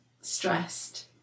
stressed